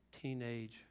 teenage